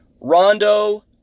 Rondo